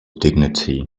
dignity